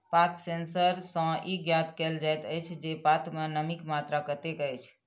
पात सेंसर सॅ ई ज्ञात कयल जाइत अछि जे पात मे नमीक मात्रा कतेक अछि